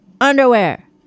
underwear